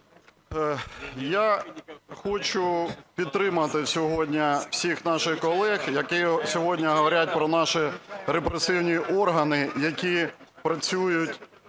Я хочу підтримати сьогодні всіх наших колег, які сьогодні говорять про наші репресивні органи, які працюють